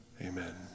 Amen